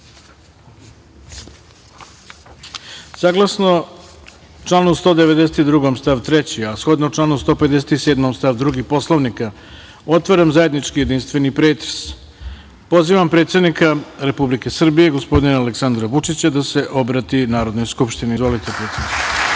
redu. Saglasno članu 192. stav 3, a shodno članu 157. stav 2. Poslovnika, otvaram zajednički jedinstveni pretres. Pozivam predsednika Republike Srbije, gospodina Aleksandra Vučića da se obrati Narodnoj skupštini. Izvolite predsedniče.